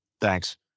Thanks